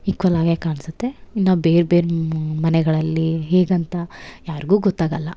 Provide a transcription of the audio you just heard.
equal ಆಗೆ ಕಾಣ್ಸುತ್ತೆ ನಾವು ಬೇರೆ ಬೇರೆ ಮನೆಗಳಲ್ಲಿ ಹೇಗಂತ ಯಾರಿಗು ಗೊತ್ತಾಗೊಲ್ಲ